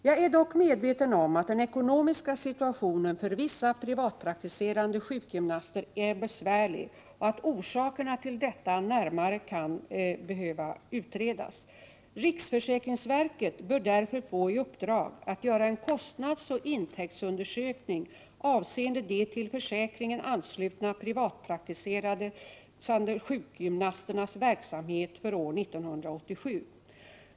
Jag är dock medveten om att den ekonomiska situationen för vissa privatpraktiserande sjukgymnaster är besvärlig och att orsakerna till detta närmare kan behöva utredas. Riksförsäkringsverket bör därför få i uppdrag att göra en kostnadsoch intäktsundersökning avseende de till försäkringen anslutna privatpraktiserande sjukgymnasternas verksamhet för år 1987.